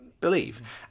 believe